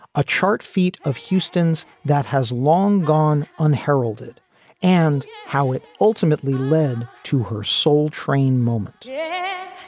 a chart feat of houstons that has long gone unheralded and how it ultimately led to her soul train moment yeah